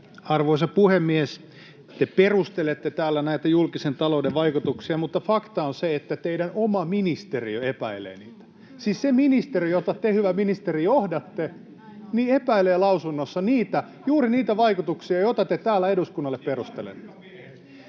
Arvoisa puhemies! Te perustelette täällä näitä julkisen talouden vaikutuksia, mutta fakta on se, että teidän oma ministeriö epäilee niitä. Siis se ministeriö, jota te, hyvä ministeri, johdatte, epäilee lausunnossa juuri niitä vaikutuksia, joita te täällä eduskunnalle perustelette.